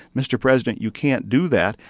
mr. president, you can't do that.